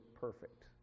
perfect